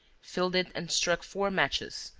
filled it and struck four matches,